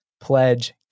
Pledge